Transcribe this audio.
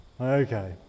Okay